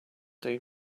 they